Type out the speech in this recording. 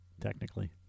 technically